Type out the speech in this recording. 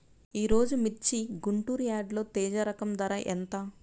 ఈరోజు మిర్చి గుంటూరు యార్డులో తేజ రకం ధర ఎంత?